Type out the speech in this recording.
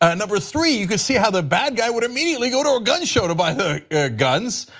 and number three, you can see how the bad guy would immediately go to a gun show to buy the guns.